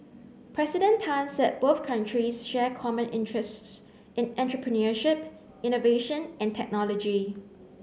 President Tan said both countries share common interests in entrepreneurship innovation and technology